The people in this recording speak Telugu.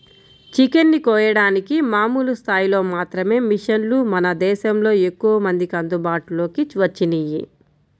చికెన్ ని కోయడానికి మామూలు స్థాయిలో మాత్రమే మిషన్లు మన దేశంలో ఎక్కువమందికి అందుబాటులోకి వచ్చినియ్యి